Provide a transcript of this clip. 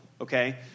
okay